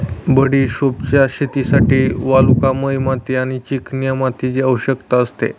बडिशोपच्या शेतीसाठी वालुकामय माती आणि चिकन्या मातीची आवश्यकता असते